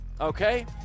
Okay